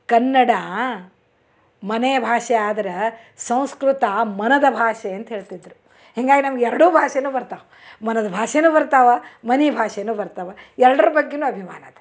ಕನ್ನಡ ಮನೆಯ ಭಾಷೆ ಆದ್ರೆ ಸಂಸ್ಕೃತ ಮನದ ಭಾಷೆ ಅಂತ ಹೇಳ್ತಿದ್ದರು ಹಿಂಗಾಗ್ ನಮ್ಗೆ ಎರಡೂ ಭಾಷೆನೂ ಬರ್ತವೆ ಮನದ ಭಾಷೆನೂ ಬರ್ತವೆ ಮನೆ ಭಾಷೆನೂ ಬರ್ತವೆ ಎರಡರ ಬಗ್ಗೆನೂ ಅಭಿಮಾನ ಇದೆ